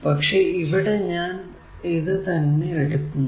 പക്ഷെ ഇവിടെ ഞാൻ ഇത് തന്നെ എടുക്കുന്നു